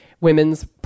women's